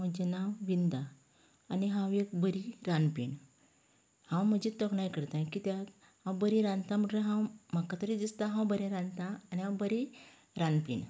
म्हजे नांव विंदा आनी हांव एक बरी रांदपीण हांव म्हजीच तोखणाय करता कित्याक हांव बरी रांदतां म्हणटकीर हांव म्हाका तरी दिसता हांव बरें रांदतां आनी हांव बरी रांदपीन